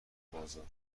بازار